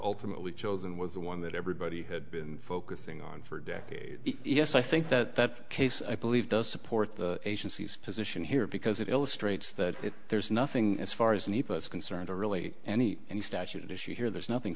ultimately chosen was the one that everybody had been focusing on for decades yes i think that case i believe does support the agency's position here because it illustrates that there's nothing as far as and concerned or really any any statute issue here there's nothing